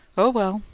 oh, well,